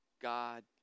god